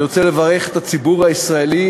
אני רוצה לברך את הציבור הישראלי,